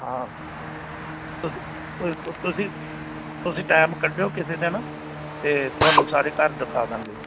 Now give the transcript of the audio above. ਹਾਂ ਤੁਸੀਂ ਤੁਸੀਂ ਤੁਸੀਂ ਟਾਈਮ ਕੱਢਿਓ ਕਿਸੇ ਦਿਨ ਅਤੇ ਤੁਹਾਨੂੰ ਸਾਰੇ ਘਰ ਦਿਖਾ ਦਾਂਗੇ